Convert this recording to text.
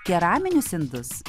keraminius indus